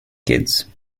kids